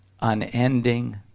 unending